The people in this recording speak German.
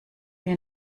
wir